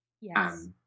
yes